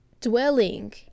dwelling